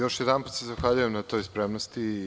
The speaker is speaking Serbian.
Još jedanput se zahvaljujem na toj spremnosti.